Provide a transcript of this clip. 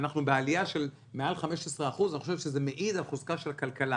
אנחנו בעלייה של מעל 15%. אני חושב שזה מעיד על חוזקה של הכלכלה.